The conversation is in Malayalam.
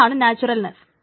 അതാണ് നാച്വറൽനെസ്സ്